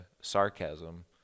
sarcasm